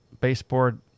baseboard